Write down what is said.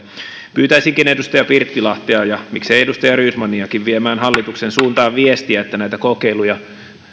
pyytäisinkin edustaja pirttilahtea ja miksei edustaja rydmaniakin viemään hallituksen suuntaan viestiä että näitä kokeiluja